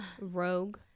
rogue